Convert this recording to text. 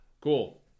Cool